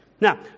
Now